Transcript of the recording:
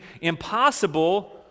impossible